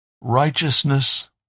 righteousness